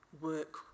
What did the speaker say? work